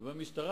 ובמשטרה,